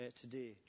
today